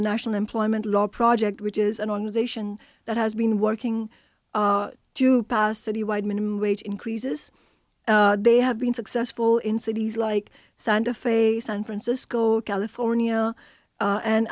the national employment law project which is an organization that has been working to pass city wide minimum wage increases they have been successful in cities like santa fe san francisco california